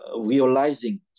realizing